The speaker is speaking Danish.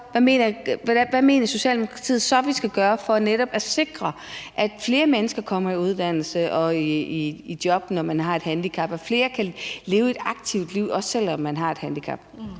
Hvad mener Socialdemokratiet så, vi skal gøre for netop at sikre, at flere mennesker, som har et handicap, kommer i uddannelse og i job, og at flere kan leve et aktivt liv, selv om man har et handicap?